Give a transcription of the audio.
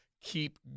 keep